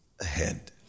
ahead